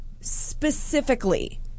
specifically